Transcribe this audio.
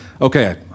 okay